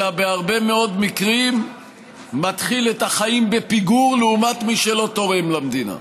אלא בהרבה מאוד מקרים מתחיל את החיים בפיגור לעומת מי שלא תורם למדינה.